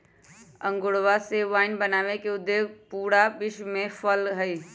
अंगूरवा से वाइन बनावे के उद्योग पूरा विश्व में फैल्ल हई